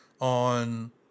on